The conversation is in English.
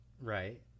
Right